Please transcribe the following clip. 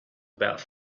about